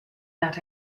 that